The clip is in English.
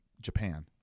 Japan